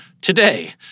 today